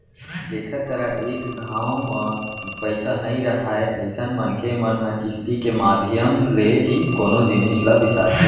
जेखर करा एक घांव म पइसा नइ राहय अइसन मनखे मन ह किस्ती के माधियम ले ही कोनो जिनिस ल बिसाथे